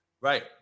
Right